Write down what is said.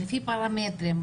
לפי פרמטרים,